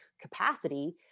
capacity